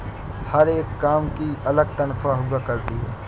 हर एक काम की अलग तन्ख्वाह हुआ करती है